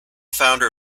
founder